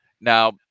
now